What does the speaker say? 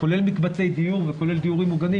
כולל מקבצי דיור וכולל דיורים מוגנים,